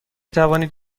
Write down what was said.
توانید